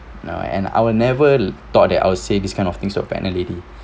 no and I will never thought that I would say this kind of things to a pregnant lady